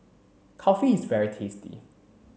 kulfi is very tasty